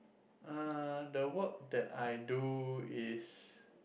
uh the work that I do is